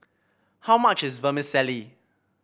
how much is Vermicelli